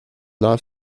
not